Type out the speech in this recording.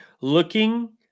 Looking